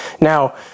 Now